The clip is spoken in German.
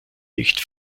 nicht